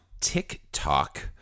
TikTok